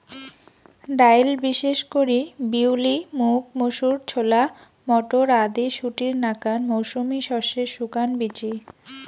ডাইল বিশেষ করি বিউলি, মুগ, মুসুর, ছোলা, মটর আদি শুটির নাকান মৌসুমী শস্যের শুকান বীচি